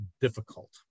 difficult